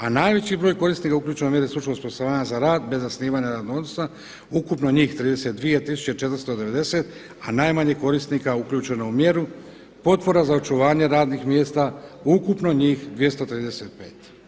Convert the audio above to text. A najveći broj korisnika je uključeno u mjeru stručno osposobljavanje za rad bez zasnivanja radnog odnosa, ukupno njih 32490 a najmanje korisnika uključeno u mjeru potpora za očuvanje radnih mjesta ukupno njih 235.